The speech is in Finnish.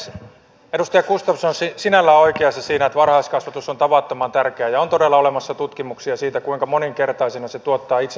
edustaja gustafsson on sinällään oikeassa siinä että varhaiskasvatus on tavattoman tärkeää ja on todella olemassa tutkimuksia siitä kuinka moninkertaisena se tuottaa itsensä takaisin